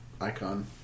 icon